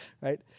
right